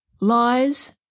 lies